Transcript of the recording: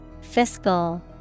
Fiscal